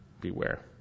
Beware